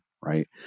right